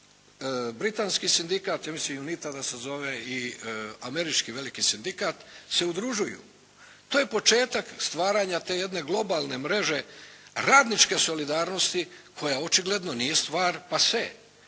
Britanski sindikat, ja mislim Unita da se zove i američki veliki sindikat se udružuju. To je početak stvaranja te jedne globalne mreže radničke solidarnosti koja očigledno nije stvar pase,